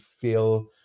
feel